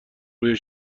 روی